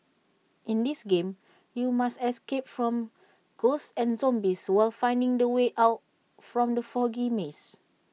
in this game you must escape from ghosts and zombies while finding the way out from the foggy maze